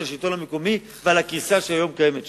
השלטון המקומי ועל הקריסה שהיום קיימת שם,